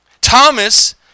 Thomas